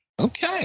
Okay